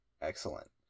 Excellent